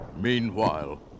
Meanwhile